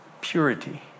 Purity